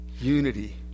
Unity